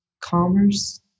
commerce